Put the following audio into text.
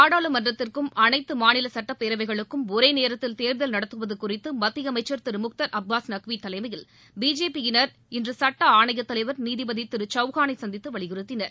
நாடாளுமன்றத்திற்கும் அனைத்து மாநில சுட்டப் பேரவைகளுக்கும் ஒரே நேரத்தில் தேர்தல் நடத்துவது குறித்து மத்திய அமைச்சர் திரு முக்தார் அப்பாஸ் நக்வி தலைமையில் பிஜேபி யிளர் இன்று சட்ட ஆணைய தலைவர் நீதிபதி திரு சௌகானை சந்தித்து வலியுறுத்தினர்